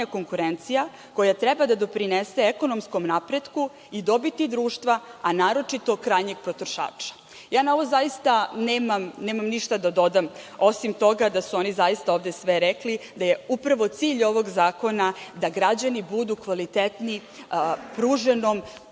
konkurencija koja treba da doprinese ekonomskom napretku i dobiti društva, a naročito krajnjeg potrošača. Na ovo zaista nemam ništa da dodam, osim toga da su oni ovde zaista sve rekli, da je upravo cilj ovog zakona da građani budu zadovoljni kvalitetnijom pruženom